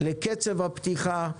לקצב הפתיחה,